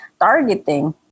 targeting